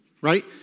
right